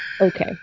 Okay